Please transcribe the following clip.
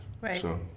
Right